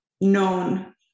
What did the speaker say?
known